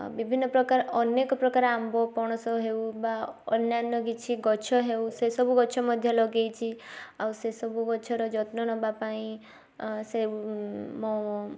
ବିଭିନ୍ନ ପ୍ରକାର ଅନେକ ପ୍ରକାର ଆମ୍ବ ପଣସ ହେଉ ବା ଅନ୍ୟାନ୍ୟ କିଛି ଗଛ ହେଉ ସେ ସବୁ ଗଛ ମଧ୍ୟ ଲଗେଇଛି ଆଉ ସେ ସବୁ ଗଛର ଯତ୍ନ ନେବା ପାଇଁ ସେ ମୋ